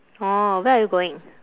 orh where are you going